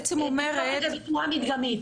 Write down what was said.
תבדוק את זה בצורה מדגמית.